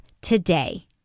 today